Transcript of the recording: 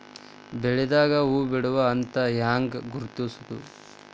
ಬೆಳಿದಾಗ ಹೂ ಬಿಡುವ ಹಂತ ಹ್ಯಾಂಗ್ ಗುರುತಿಸೋದು?